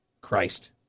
Christ